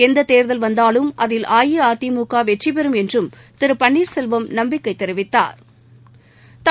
எந்ததேர்தல் வந்தாலும் அதில் அஇஅதிமுகவெற்றிபெறும் என்றும் திருபன்னீர்செல்வம் நம்பிக்கைதெரிவித்தாா்